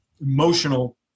emotional